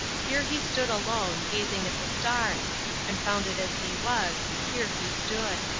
here he stood alone, gazing at the stars confounded as he was, here he stood.